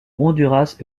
honduras